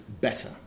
better